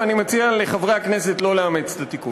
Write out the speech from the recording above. ואני מציע לחברי הכנסת לא לאמץ את התיקון.